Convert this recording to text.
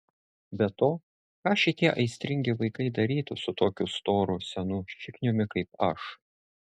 be to ką šitie aistringi vaikai darytų su tokiu storu senu šikniumi kaip aš